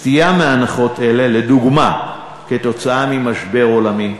סטייה מהנחות אלה, לדוגמה, עקב משבר עולמי,